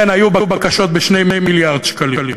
כן, היו בקשות ב-2 מיליארד שקלים,